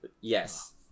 Yes